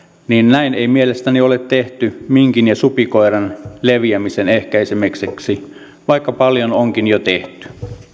niin näin ei mielestäni ole tehty minkin ja supikoiran leviämisen ehkäisemiseksi vaikka paljon onkin jo tehty